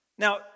Now